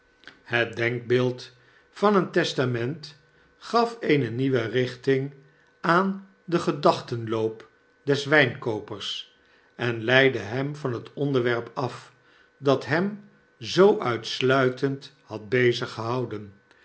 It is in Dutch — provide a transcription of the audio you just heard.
het denkbeeld van een testament gaf eene nieuwe richting aan den gedachtenloop des wynkoopers en leidde hem van het onderwerp af dat hem zoo uitsluitend had beziggehouden